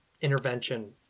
intervention